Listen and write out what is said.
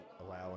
allowing